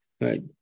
right